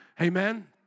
Amen